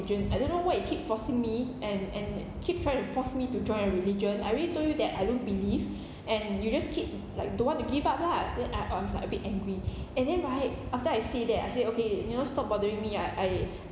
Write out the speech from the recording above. religion I don't know why you keep forcing me and and keep trying to force me to join you religion I already told you that I don't believe and you just keep like don't want to give up lah then I I was like a bit angry and then right after I say that I say okay you know stop bothering me ah I